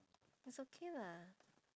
it's okay lah